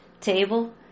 table